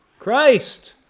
Christ